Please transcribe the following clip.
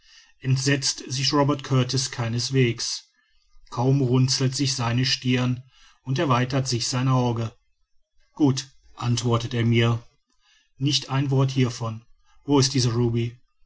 entsetzt sich robert kurtis keineswegs kaum runzelt sich seine stirn und erweitert sich sein auge gut antwortet er mir nicht ein wort hiervon wo ist dieser ruby